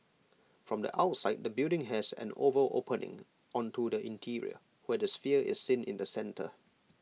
from the outside the building has an oval opening onto the interior where the sphere is seen in the centre